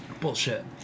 Bullshit